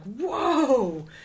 whoa